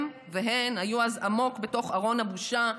הם והן היו אז עמוק בתוך ארון הבושה,